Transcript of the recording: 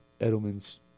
Edelman's